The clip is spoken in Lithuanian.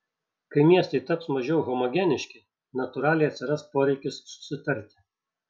kai miestai taps mažiau homogeniški natūraliai atsiras poreikis susitarti